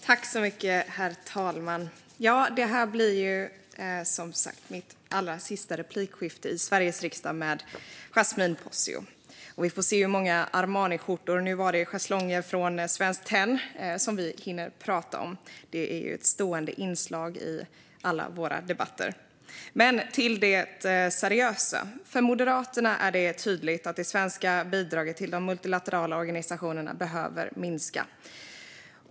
Herr talman! Det här blir mitt allra sista replikskifte i Sveriges riksdag med Yasmine Posio. Vi får se hur många Armaniskjortor - nu var det schäslongen från Svenskt Tenn - som vi hinner prata om. Det är ett stående inslag i alla våra debatter. Men till det seriösa: För Moderaterna är det tydligt att det svenska bidraget till de multilaterala organisationerna behöver minska.